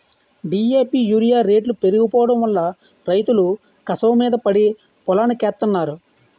DAP urea రేట్లు పెరిగిపోడంవల్ల రైతులు కసవమీద పడి పొలానికెత్తన్నారు